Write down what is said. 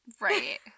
Right